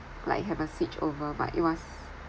like have a switchover but it was